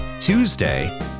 Tuesday